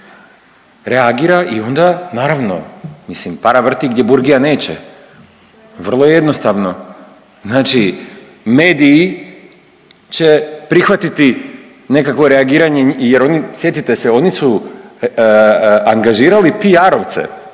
reagira i onda naravno mislim para vrti gdje burgija neće, vrlo jednostavno. Znači mediji će prihvatiti nekakvo reagiranje jer oni sjetite se oni su angažirali PR-ovce